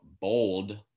bold